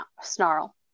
snarl